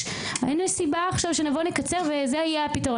2023. האם יש סיבה עכשיו שנבוא לקצר וזה יהיה הפתרון?